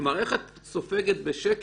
כלומר איך את סופגת בשקט